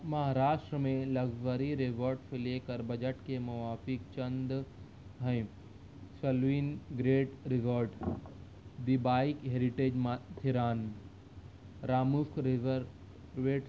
مہاراشٹر میں luxury resorts سے لے کر بجٹ کے موافق چند ہیں سلوین great resort the Byke heritage تھیران راموسک ریزرس ویٹ